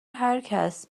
هرکس